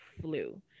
flu